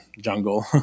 jungle